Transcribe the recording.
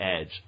edge